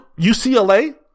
UCLA